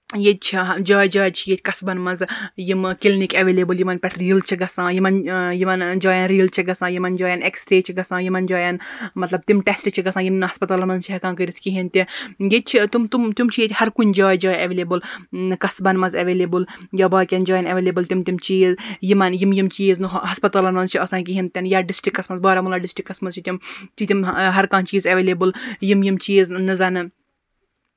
ییٚتہِ چھِ جایہِ جایہِ چھِ ییٚتہِ قصبَن منٛز یِم کِلنِٛک ایٚویلیبٔل یِمن پیٚٹھ ریٖل چھِ گژھان یِمن یِمن جاین ریٖل چھِ گژھان یِمن جاین ایٚکٔس ریٚے چھِ گژھان یِمن جاین مطلب تِم ٹیٚسٹہٕ چھِ گژھان یِمن نہٕ ہَسپَتالَن منٛز چھِ ہیٚکان کٔرِتھ کِہیٖنٛۍ تہِ ییٚتہِ چھِ تِم تِم ہَر کُنہِ جایہِ جایہِ ایٚویلیبٔل قصبَن منٛز ایٚویلیبٔل یا باقین جاین ایٚویلیبٔل تِم تِم چیٖز یِمن یِم یِم چیٖز نہٕ ہَسپَتالَن منٛز چھِ آسان کِہیٖنٛۍ تہِ نہٕ یا ڈِسٹرکَس منٛز بارامولا ڈِسٹرکَس منٛز چھِ تِم چھِ تِم ہَر کانٛہہ چیٖز ایٚویلیبٔل یِم یِم چیٖز نہٕ زَن